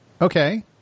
Okay